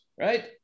right